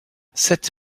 sept